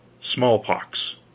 Smallpox